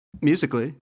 Musically